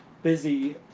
busy